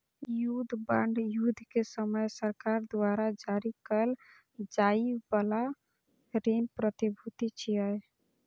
युद्ध बांड युद्ध के समय सरकार द्वारा जारी कैल जाइ बला ऋण प्रतिभूति छियै